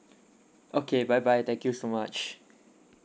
okay bye bye thank you so much